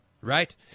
right